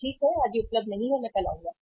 ठीक है आज यह उपलब्ध नहीं है मैं कल आऊंगा